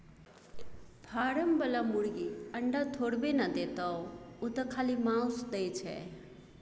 form बला मुरगी अंडा थोड़बै न देतोउ ओ तँ खाली माउस दै छै